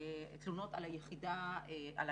תלונות על היחידה לקנאביס רפואי,